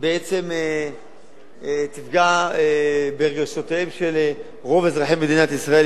בעצם תפגע ברגשותיהם של רוב אזרחי מדינת ישראל,